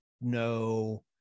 no